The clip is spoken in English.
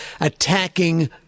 attacking